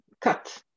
cut